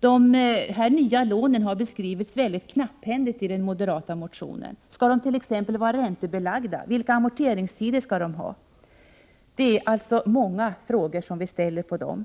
De s.k. riskgarantilånen har beskrivits mycket knapphändigt i den moderata motionen. Skall de t.ex. vara räntebelagda? Vilka amorteringstider skall gälla? Det är många frågor som är obesvarade när det gäller dessa lån.